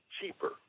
cheaper